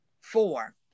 four